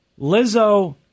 Lizzo